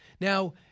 Now